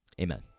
Amen